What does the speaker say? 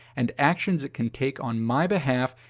and actions it can take on my behalf,